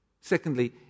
Secondly